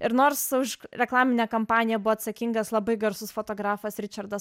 ir nors už reklaminę kampaniją buvo atsakingas labai garsus fotografas ričardas